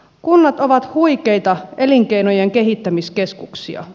kunnat ovat huikeita elinkeinojen kehittämiskeskuksia